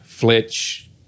Fletch